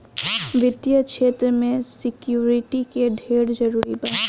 वित्तीय क्षेत्र में सिक्योरिटी के ढेरे जरूरी बा